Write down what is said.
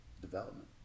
development